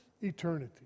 eternity